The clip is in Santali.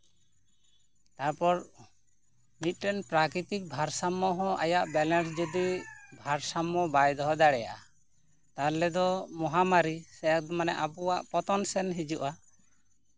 ᱛᱟᱨᱯᱚᱨ ᱢᱤᱫᱴᱮᱱ ᱯᱨᱟᱠᱨᱤᱛᱤᱠ ᱵᱷᱟᱨ ᱥᱟᱢᱢᱚ ᱦᱚᱸ ᱟᱭᱟᱜ ᱵᱞᱮᱱᱥ ᱡᱩᱫᱤ ᱵᱷᱟᱨᱥᱟᱢᱢᱚ ᱵᱚᱭ ᱫᱚᱦᱚ ᱫᱟᱲᱮᱭᱟᱜᱼᱟ ᱛᱟᱦᱞᱮ ᱫᱚ ᱢᱚᱦᱟᱢᱟᱨᱤ ᱥᱮ ᱮᱠ ᱢᱟᱱᱮ ᱟᱵᱚᱣᱟᱜ ᱯᱚᱛᱚᱱ ᱥᱮᱱ ᱦᱤᱡᱩᱜᱼᱟ